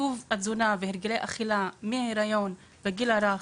מדובר בעיצוב התזונה והרגלי אכילה מההיריון עבור הגיל הרך,